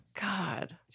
God